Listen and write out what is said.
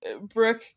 brooke